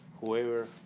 whoever